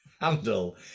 handle